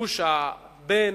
בוש הבן,